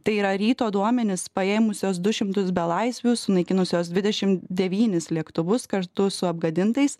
tai yra ryto duomenys paėmusios du šimtus belaisvių sunaikinusios dvidešim devynis lėktuvus kartu su apgadintais